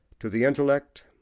to the intellect,